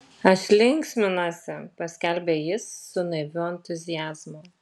aš linksminuosi paskelbė jis su naiviu entuziazmu